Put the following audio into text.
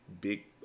big